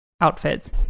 outfits